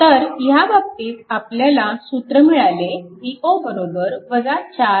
तर ह्या बाबतीत आपल्याला सूत्र मिळाले V0 4 i0